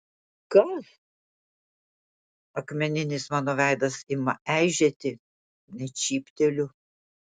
kas akmeninis mano veidas ima eižėti net šypteliu